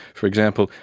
for example,